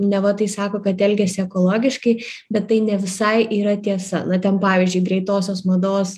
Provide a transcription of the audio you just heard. neva tai sako kad elgiasi ekologiškai bet tai ne visai yra tiesa ten pavyzdžiui greitosios mados